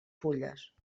fulles